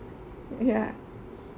ya